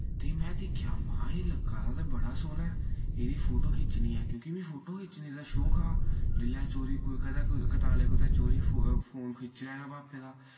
ते मैं दिक्खेआ महा एह् लग्गा दा ते बड़ा सोह्ना ऐ एह्दी फोटो खिच्चनी ऐ क्यूंकि मि फोटो खिच्चने दा शौक हा जिल्लै चोरी कदै कतालै कुतै चोरी फोन खिच्ची लैना पापे दा